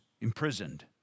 imprisoned